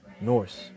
Norse